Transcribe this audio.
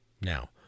Now